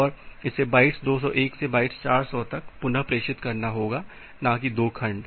और इसे बाइट्स 201 से बाइट्स 400 तक पुनः प्रेषित करना होगा ना की 2 खंड